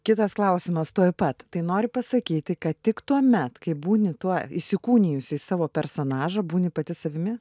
kitas klausimas tuoj pat tai nori pasakyti kad tik tuomet kai būni tuo įsikūnijusį į savo personažą būni pati savimi